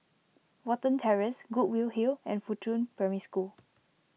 Watten Terrace Goodwood Hill and Fuchun Primary School